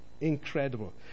Incredible